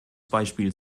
beispiel